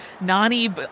Nani